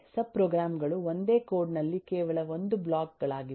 subprogram ಗಳು ಒಂದೇ code ನಲ್ಲಿ ಕೇವಲ ಒಂದು ಬ್ಲಾಕ್ ಗಳಾಗಿವೆ